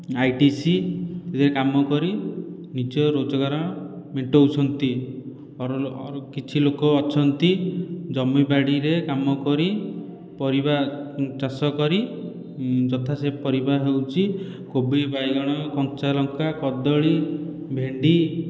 ଆଇଟିସିରେ କାମ କରି ନିଜ ରୋଜଗାର ମେଣ୍ଟାଉଛନ୍ତି କିଛି ଲୋକ ଅଛନ୍ତି ଜମି ବାଡ଼ିରେ କାମ କରି ପରିବା ଚାଷ କରି ଯଥା ସେ ପରିବା ହେଉଛି କୋବି ବାଇଗଣ କଞ୍ଚା ଲଙ୍କା କଦଳୀ ଭେଣ୍ଡି